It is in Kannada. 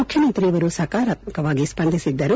ಮುಖ್ಯಮಂತ್ರಿಯವರು ಸಕಾರಾತ್ಸಕವಾಗಿ ಸ್ವಂದಿಸಿದ್ದರು